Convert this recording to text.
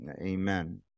Amen